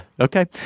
okay